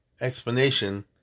explanation